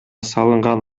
салынган